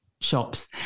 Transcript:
shops